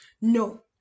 no